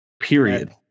Period